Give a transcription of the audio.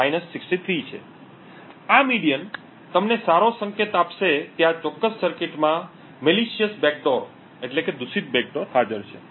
આ મધ્યર્ક તમને સારો સંકેત આપશે કે આ ચોક્કસ સર્કિટમાં દૂષિત બેકડોર હાજર છે